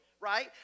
right